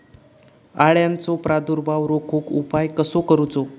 अळ्यांचो प्रादुर्भाव रोखुक उपाय कसो करूचो?